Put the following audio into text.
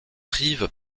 prive